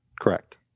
Correct